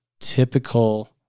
typical